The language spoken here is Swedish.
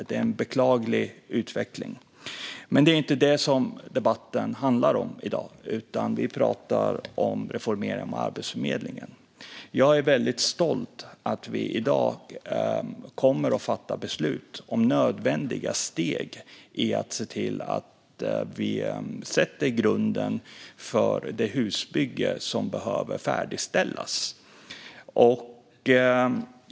Det är en beklaglig utveckling. Men det är inte det som debatten handlar om i dag, utan vi pratar om reformeringen av Arbetsförmedlingen. Jag är väldigt stolt över att vi nu kommer att fatta beslut om nödvändiga steg i att se till att vi lägger grunden för det husbygge som behöver färdigställas.